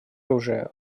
оружия